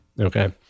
okay